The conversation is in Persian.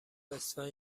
اسفند